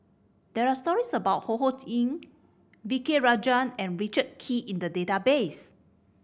there are stories about Ho Ho Ying V K Rajah and Richard Kee in the database